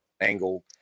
angle